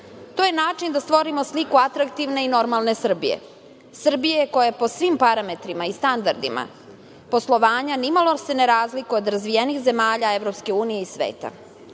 To je način da stvorimo sliku atraktivne i normalne Srbije. Srbije, koja po svim parametrima i standardima poslovanja ni malo se ne razlikuje od razvijenih zemalja EU i sveta. Danas